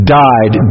died